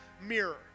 mirror